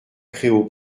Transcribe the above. créault